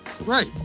Right